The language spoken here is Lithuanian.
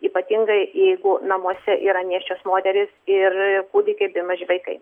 ypatingai jeigu namuose yra nėščios moterys ir kūdikiai maži vaikai